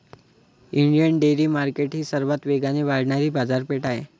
Indian dairy market ही सर्वात वेगाने वाढणारी बाजारपेठ आहे